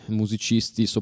musicisti